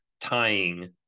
tying